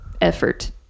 effort